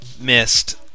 missed